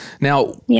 Now